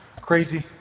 crazy